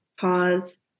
pause